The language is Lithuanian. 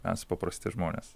mes paprasti žmonės